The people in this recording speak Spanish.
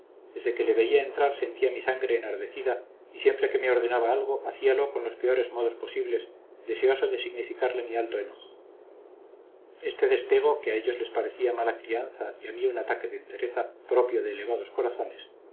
desde que le veía entrar sentía mi sangre enardecida y siempre que me ordenaba algo hacíalo con los peores modos posibles deseoso de significarle mi alto enojo este despego que a ellos les parecía mala crianza y a mí un arranque de entereza propio de elevados corazones